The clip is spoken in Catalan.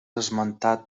esmentat